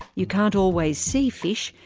you can't always see fish,